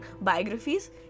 biographies